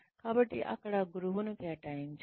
కాబట్టి అక్కడ గురువును కేటాయించాలి